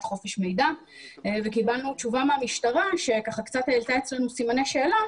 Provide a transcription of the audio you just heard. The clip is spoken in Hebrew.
חופש מידע וקיבלנו תשובה מהמשטרה שקצת העלתה אצלנו סימני שאלה